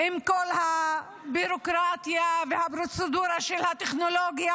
עם כל הביורוקרטיה והפרוצדורה של הטכנולוגיה,